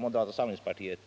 Moderata samlingspartiet